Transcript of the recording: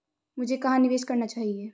मुझे कहां निवेश करना चाहिए?